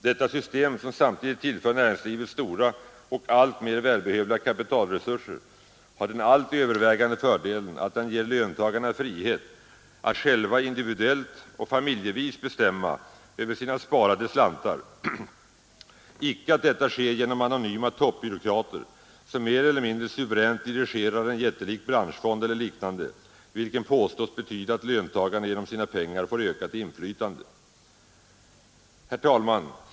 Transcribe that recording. Detta system som samtidigt tillför näringslivet stora och alltmera välbehövliga kapitalresurser har den allt övervägande fördelen att det ger löntagarna frihet att själva individuellt och familjevis bestämma över sina sparade slantar i stället för att detta sker genom anonyma toppbyråkrater, som mer eller mindre suveränt dirigerar en jättelik branschfond eller liknande, vilken påstås betyda att löntagarna genom sina pengar får ökat inflytande. Herr talman!